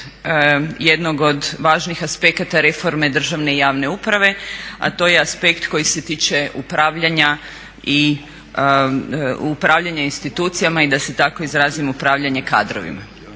jednog od važnih aspekata reforme državne i javne uprave, a to je aspekt koji se tiče upravljanja institucija i da se tako izrazim upravljanje kadrovima.